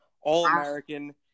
All-American